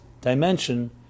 dimension